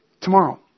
tomorrow